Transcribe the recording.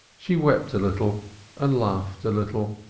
she wept a little and laughed a little,